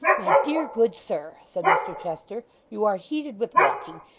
my dear, good sir said mr chester, you are heated with walking.